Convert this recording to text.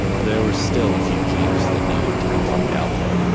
there were still a few kinks that needed to be worked out though.